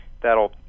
that'll